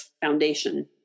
foundation